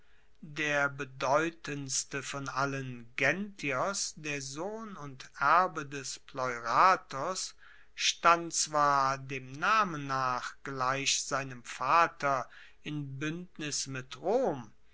der bedeutendste von allen genthios der sohn und erbe des pleuratos stand zwar dem namen nach gleich seinem vater in buendnis mit rom